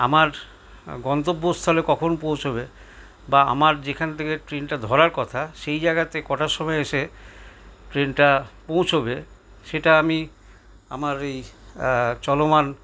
আমার গন্তব্যস্থলে কখন পৌঁছবে বা আমার যেখান থেকে ট্রেনটা ধরার কথা সেই জায়গাতে কটার সময় এসে ট্রেনটা পৌছবে সেটা আমি আমার এই চলমান